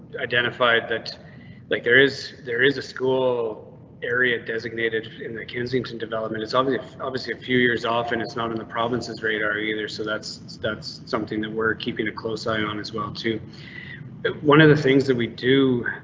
identified that like there is, there is a school area designated in the kensington development. it's obvious, obviously a few years off, and it's not in the provinces radar either, so that's that's something that we're keeping a close eye on as well to one of the things that we do.